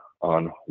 on